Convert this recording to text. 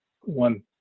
one